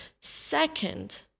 second